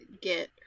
get